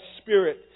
spirit